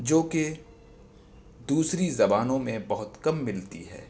جو کہ دوسری زبانوں میں بہت کم ملتی ہے